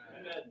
Amen